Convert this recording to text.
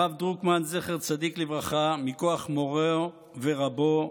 הרב דרוקמן, זכר צדיק לברכה, מכוח מורו ורבו,